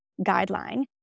guideline